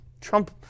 Trump